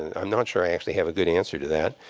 and i'm not sure i actually have a good answer to that.